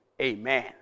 Amen